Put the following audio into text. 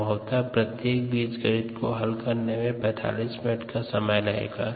संभवतः प्रत्येक बीजगणित का हल करने में 45 मिनट का समय लगेगा